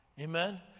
amen